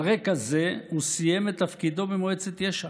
על רקע זה הוא סיים את תפקידו במועצת יש"ע.